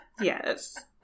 Yes